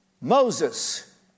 Moses